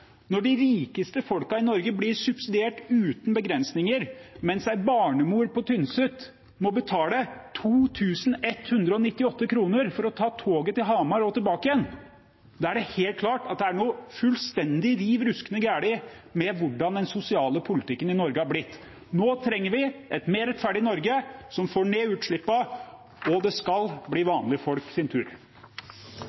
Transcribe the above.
Når de rikeste folka i Norge blir subsidiert uten begrensninger, mens en barnemor på Tynset må betale 2 198 kr for å ta toget til Hamar og tilbake igjen, er det helt klart at det er noe fullstendig riv ruskende galt med hvordan den sosiale politikken i Norge har blitt. Nå trenger vi et mer rettferdig Norge, som får ned utslippene, og det skal bli